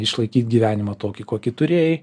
išlaikyt gyvenimą tokį kokį turėjai